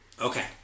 Okay